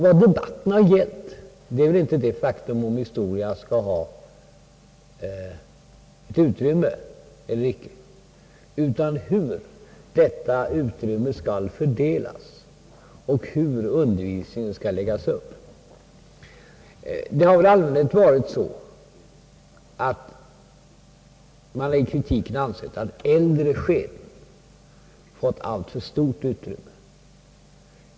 Vad debatten gällt är väl inte om historieundervisningen skall ha utrymme eller icke utan hur utrymmet skall fördelas och hur undervisningen skall läggas upp. Kritiken har allmänt gått ut på att äldre skeden fått alltför stort utrymme.